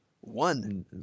One